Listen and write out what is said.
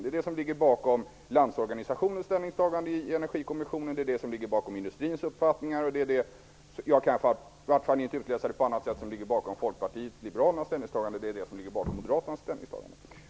Det är det som ligger bakom Landsorganisationens ställningstagande i Energikommissionen, det är det som ligger bakom industrins uppfattningar, det är det som - jag kan i vart fall inte utläsa det på annat sätt ligger bakom Folkpartiet liberalernas ställningstagande och det är det som ligger bakom Moderaternas ställningstagande.